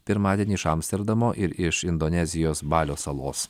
pirmadienį iš amsterdamo ir iš indonezijos balio salos